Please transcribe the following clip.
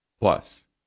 Plus